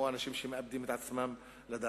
או אנשים שמאבדים את עצמם לדעת.